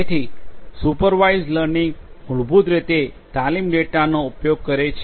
તેથી supervised learning મૂળભૂત રીતે તાલીમ ડેટાનો ઉપયોગ કરે છે